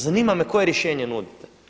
Zanima me koje rješenje nudite?